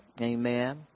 Amen